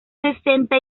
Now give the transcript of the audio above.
sesenta